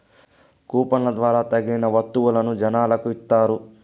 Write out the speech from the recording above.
కూపన్ల ద్వారా తగిలిన వత్తువులను జనాలకి ఇత్తారు